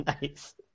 Nice